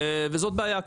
וזאת בעיה,